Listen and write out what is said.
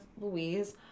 Louise